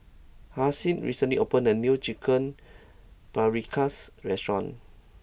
Halsey recently opened a new Chicken Paprikas restaurant